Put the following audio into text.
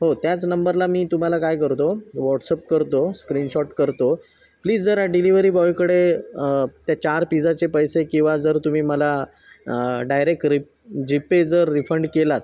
हो त्याच नंबरला मी तुम्हाला काय करतो वॉट्सअप करतो स्क्रीनशॉट करतो प्लीज जरा डिलिवरी बॉयकडे ते चार पिजाचे पैसे किंवा जर तुम्ही मला डायरेक रिप जीपे जर रिफंड केलात